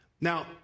Now